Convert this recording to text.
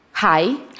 Hi